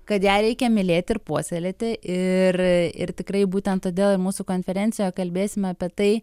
kad ją reikia mylėti ir puoselėti ir ir tikrai būtent todėl ir mūsų konferencijoje kalbėsime apie tai